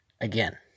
Again